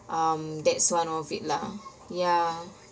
um that's one of it lah ya